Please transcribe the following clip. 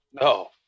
No